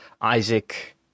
Isaac